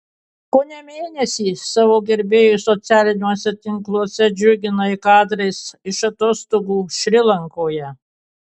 kone mėnesį savo gerbėjus socialiniuose tinkluose džiuginai kadrais iš atostogų šri lankoje